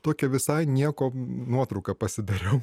tokią visai nieko nuotrauką pasidariau